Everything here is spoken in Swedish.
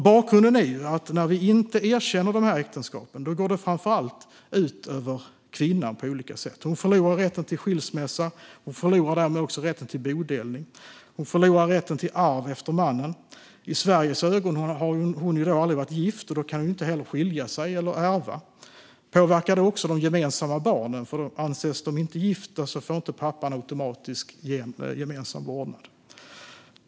Bakgrunden är att det framför allt går ut över kvinnan på olika sätt när vi inte erkänner dessa äktenskap. Hon förlorar rätten till skilsmässa och därmed också rätten till bodelning, och hon förlorar rätten till arv efter mannen. I Sveriges ögon har hon ju aldrig varit gift och kan därför inte heller skilja sig eller ärva. Det påverkar också de gemensamma barnen, för anses föräldrarna inte gifta får pappan inte automatiskt gemensam vårdnad.